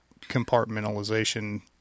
compartmentalization